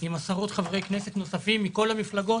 הכסף חייב להיות סגור כפי שהיה צריך להיות בהצעת החוק המקורית.